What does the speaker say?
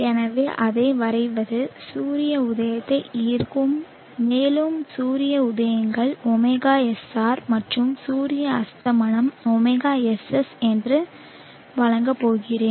எனவே அதை வரைவது சூரிய உதயத்தை ஈர்க்கும் மேலும் சூரிய உதயங்கள் ωSR மற்றும் சூரிய அஸ்தமனம் ωSS என வழங்கப்போகிறேன்